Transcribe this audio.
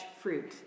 fruit